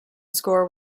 score